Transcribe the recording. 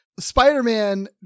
Spider-Man